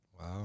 Wow